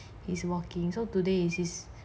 he's working so today is his